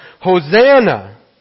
Hosanna